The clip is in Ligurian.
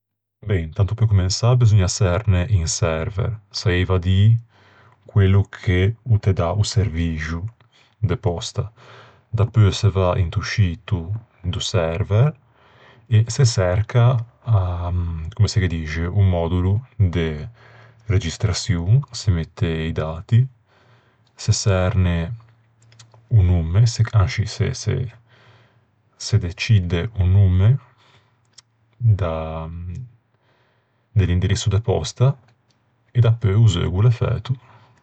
E ben, tanto pe comensâ beseugna çerne un server, saieiva à dî quello che o te dà o servixo de pòsta. Dapeu se va into scito do server e se çerca, comme se ghe dixe, o mòdolo de registraçion, donde se mette i dati. Se se çerne o nomme, ansci, se-se-se decidde o nomme da... de l'indirisso de pòsta, e dapeu o zeugo o l'é fæto.